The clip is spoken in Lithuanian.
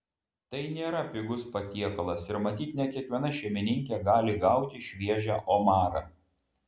tai nėra pigus patiekalas ir matyt ne kiekviena šeimininkė gali gauti šviežią omarą